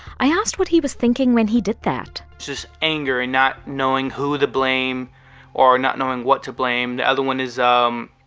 i asked what he was thinking when he did that just anger and not knowing who to blame or not knowing what to blame. the other one is um